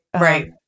Right